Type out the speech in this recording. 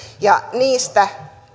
ja niistä